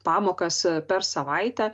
pamokas per savaitę